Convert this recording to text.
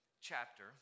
chapter